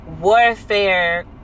warfare